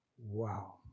Wow